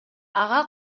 ага